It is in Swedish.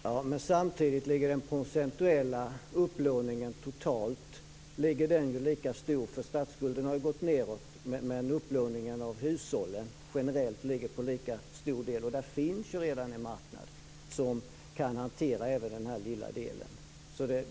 Fru talman! Samtidigt är den totala procentuella upplåningen lika stor. Statsskulden har sjunkit men upplåningen från hushållen ligger generellt på en lika stor del. Där finns redan en marknad som kan hantera den lilla delen.